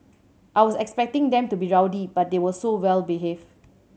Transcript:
I was expecting them to be rowdy but they were so well behaved